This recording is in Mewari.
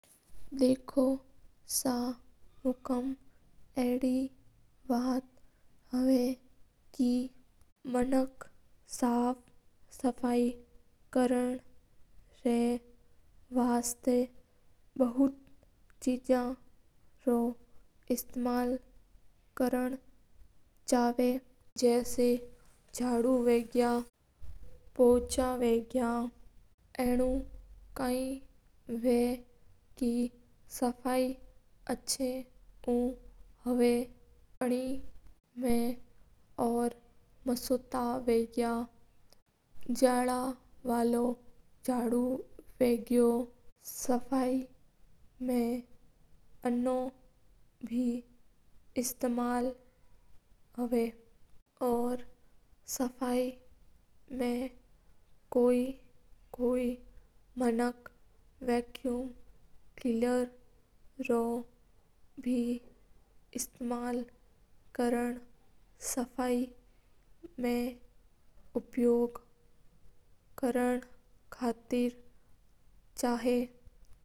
देखो सा हुकूम मनक साफ-सफाई वास्ता बौट चीजा रो उपयोग कर नो चव जस जादू, मोसता हेगा अनू के हा ही सफाई अच्छी तरीका उ हवा हा। जला वाला जादू हेगा सफाई मा वेणा बे उपयोग मा लवा हा और कोई कोई तो मनक सफाई मा वैक्यूम क्लीनर रो बे सफाई मा काम मा लवा हा।